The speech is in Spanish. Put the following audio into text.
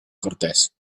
cortés